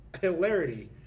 hilarity